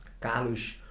carlos